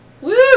Woo